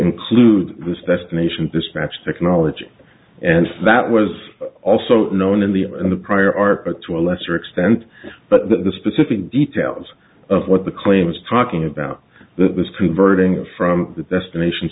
include this that's nation dispatch technology and that was also known in the in the prior art to a lesser extent but the specific details of what the claims proc ing about that was converting from the destination